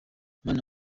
mana